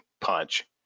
punch